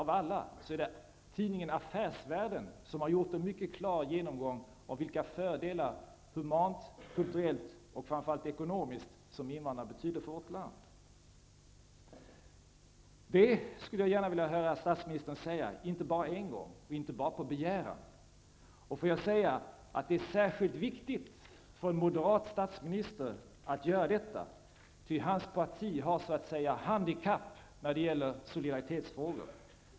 Av alla tidningar är det Affärsvärlden som har gjort en mycket klar genomgång av vilka fördelar, humant, kulturellt och framför allt ekonomiskt, som invandrarna innebär för vårt land. Det skulle jag gärna vilja höra stasministern säga, inte bara en gång och inte bara på begäran. Får jag säga att det är särskilt viktigt för en moderat statsminister att göra detta, ty hans parti har så att säga ett handikapp när det gäller solidaritetsfrågor.